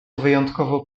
wyjątkowo